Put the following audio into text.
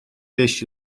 beş